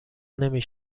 نمی